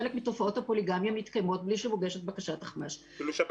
חלק מתופעות הפוליגמיה מתקיימות בלי שמוגשת בקשת אחמ"ש.